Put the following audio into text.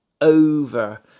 over